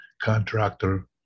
contractor